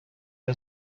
این